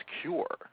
cure